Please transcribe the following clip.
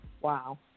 Wow